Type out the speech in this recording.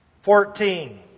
Fourteen